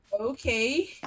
okay